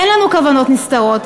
אין לנו כוונות נסתרות.